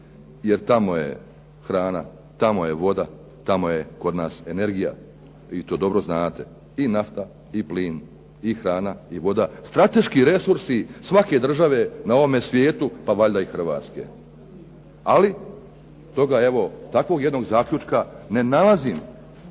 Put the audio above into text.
jer tamo je hrana, tamo je voda, tamo je kod nas energija i to dobro znate. I nafta i plin i hrana i voda, strateški resursi svake države na ovome svijetu pa valjda i Hrvatske. Ali toga evo, takvog jednog zaključka ne nalazim